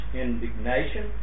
indignation